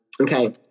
okay